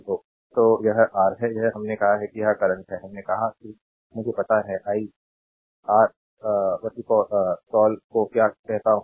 तो यह आर है यह हमने कहा है कि यह करंट है हमने कहा कि मुझे पता है आई आर कॉल को क्या कहता हूं